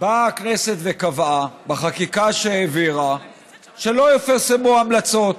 באה הכנסת וקבעה בחקיקה שהעבירה שלא יפורסמו המלצות.